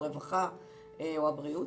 צריך